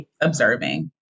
observing